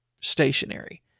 stationary